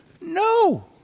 No